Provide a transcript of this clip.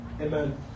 Amen